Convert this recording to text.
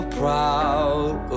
proud